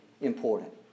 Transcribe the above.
important